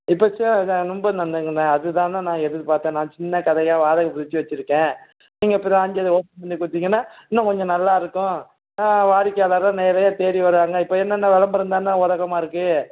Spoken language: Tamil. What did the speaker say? இப்போ ச இது ரொம்ப நல்லதுண்ணே நான் அதுதாண்ணே நான் எதிர்பார்த்தேன் நான் சின்ன கடையாக வாடகைக்கு பிடிச்சு வச்சுருக்கேன் நீங்கள் ப்ராண்டட் ஓப்பன் பண்ணி கொடுத்திங்கன்னா இன்னும் கொஞ்சம் நல்லா இருக்கும் வாடிக்கையாளரும் நிறைய தேடி வருவாங்க இப்போ என்னெண்ண விளம்பரம் தானே உலகமாக இருக்குது